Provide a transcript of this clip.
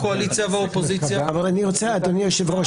מהקואליציה וגם מהאופוזיציה -- אבל אדוני היושב-ראש,